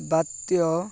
ବାତ୍ୟା